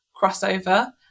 crossover